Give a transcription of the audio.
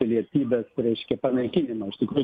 pilietybė reiškia panaikinimo iš tikrųjų